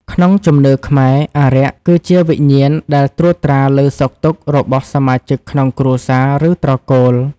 ក្នុងជំនឿខ្មែរ អារក្សគឺជាវិញ្ញាណដែលត្រួតត្រាលើសុខទុក្ខរបស់សមាជិកក្នុងគ្រួសារ ឬត្រកូល។